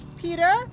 Peter